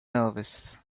nervous